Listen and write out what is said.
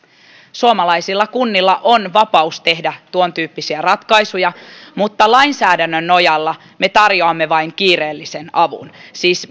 suomalaisilla kunnilla on vapaus tehdä tuontyyppisiä ratkaisuja mutta lainsäädännön nojalla me tarjoamme vain kiireellisen avun siis